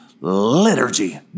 liturgy